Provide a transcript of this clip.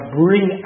bring